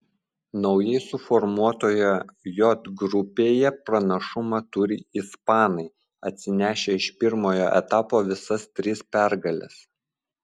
naujai suformuotoje j grupėje pranašumą turi ispanai atsinešę iš pirmojo etapo visas tris pergales